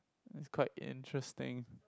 it's quite interesting